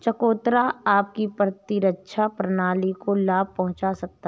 चकोतरा आपकी प्रतिरक्षा प्रणाली को लाभ पहुंचा सकता है